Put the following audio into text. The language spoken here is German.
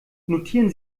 notieren